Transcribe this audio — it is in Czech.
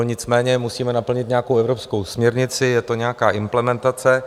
Nicméně musíme naplnit nějakou evropskou směrnici, je to nějaká implementace.